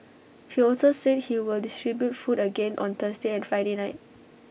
he also said he will distribute food again on Thursday and Friday night